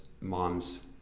moms